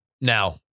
Now